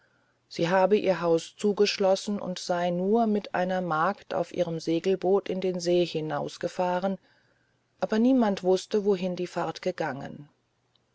sie habe ihr haus zugeschlossen und sei nur mit einer magd auf ihrem segelboot in den see hinausgefahren aber niemand wußte wohin die fahrt gegangen